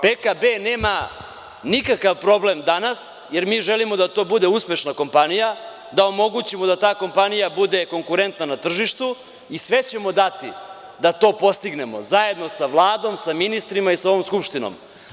Poljoprivredni kombinat Beograd nikakav problem danas, jer mi želimo da to bude uspešna kompanija, da omogućimo da ta kompanija bude konkurentna na tržištu i sve ćemo dati da to postignemo zajedno sa Vladom, sa ministrima i sa ovom Skupštinom.